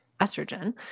estrogen